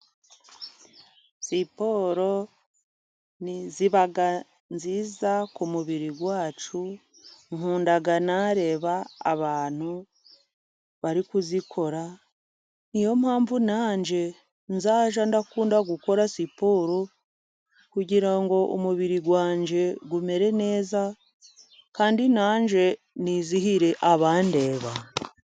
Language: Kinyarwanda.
Siporo iba nziza kumubiri wacu, nkunda na reba abantu bari kuzikora, niyo mpamvu nage, nzajya ndakunda gukora siporo, kugirango umubiri wanjye, umere neza kandi nange nizihire abandeba.